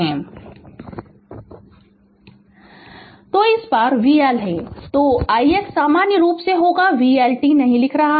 Refer Slide Time 2145 तो इस पार vL है तो ix सामान्य रूप से होगा vL t नहीं लिख रहा है